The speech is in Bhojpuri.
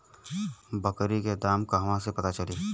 बकरी के दाम कहवा से पता चली?